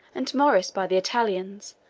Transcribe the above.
and maurice by the italians,